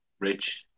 Rich